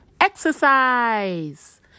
exercise